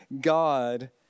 God